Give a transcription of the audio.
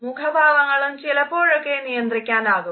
മുഖഭാവങ്ങളും ചിലപ്പോഴൊക്കെ നിയന്ത്രിക്കാനാകും